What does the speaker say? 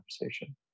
conversation